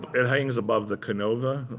it hangs above the canova.